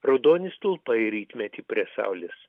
raudoni stulpai rytmetį prie saulės